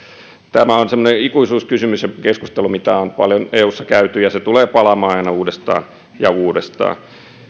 tämä on semmoinen ikuisuuskysymys ja keskustelu mitä on paljon eussa käyty ja se tulee palaamaan aina uudestaan ja uudestaan